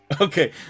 Okay